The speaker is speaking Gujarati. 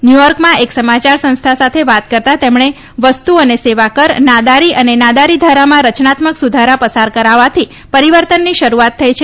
ન્યૂયોક્રમાં એક સમાચાર સંસ્થા સાથે વાત કરતાં તેમણે વસ્તુ અને સેવાકર નાદારી અને નાદારી ધારામાં રચનાત્મક સુધારા પસાર કરવાથી પરિવર્તનની શરૂઆત થઈ છે